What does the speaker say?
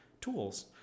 tools